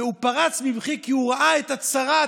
והוא פרץ בבכי כי הוא ראה את הצרה,